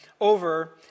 over